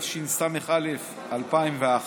התשס"א 2001,